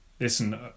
listen